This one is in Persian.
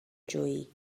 جویی